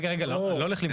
רגע, רגע, אני לא הולך למחוק.